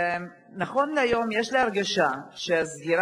היום כל זוג נרשם לנישואין באזור